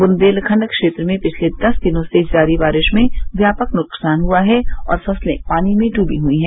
बुंदेलखंड क्षेत्र में पिछले दस दिनों से जारी बारिश में व्यापक नुकसान हुआ है और फसले पानी में डूबी हुई हैं